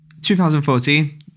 2014